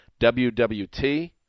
WWT